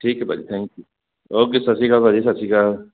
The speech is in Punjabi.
ਠੀਕ ਹੈ ਭਾਅ ਜੀ ਥੈਂਕ ਯੂ ਸਤਿ ਸ਼੍ਰੀ ਅਕਾਲ ਭਾਅ ਜੀ ਸਤਿ ਸ਼੍ਰੀ ਅਕਾਲ